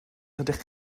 ydych